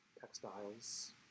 textiles